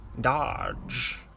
dodge